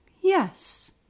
Yes